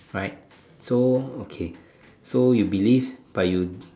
right so okay so you believe but you